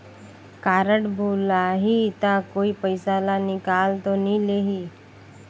Card भुलाही ता कोई पईसा ला निकाल तो नि लेही?